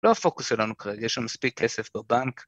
לא הפוקוס עלינו ככה, יש שם מספיק כסף בבנק